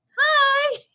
Hi